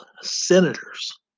Senators